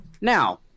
now